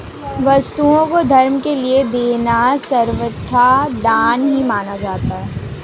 वस्तुओं को धर्म के लिये देना सर्वथा दान ही माना जाता है